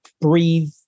breathe